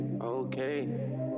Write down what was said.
okay